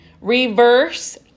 reverse